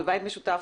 בבית משותף),